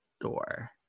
door